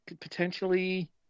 potentially